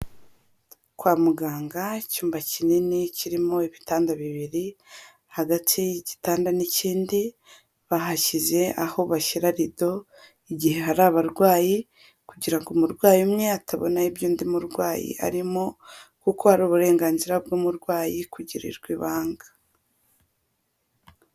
Kwa muganga icyumba kinini kirimo ibitanda bibiri, hagati y'igitanda n'ikindi bahashyize aho bashyira rido, igihe hari abarwayi; kugira umurwayi umwe atabona iby'undi murwayi arimo, kuko ari uburenganzira bw'umurwayi kugirirwa ibanga.